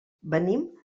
venim